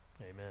amen